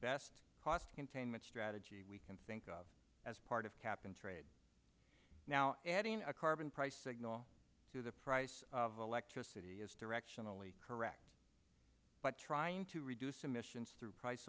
best cost containment strategy we can think of as part of cap and trade now adding a carbon price signal to the price of electricity is directionally correct but trying to reduce emissions through price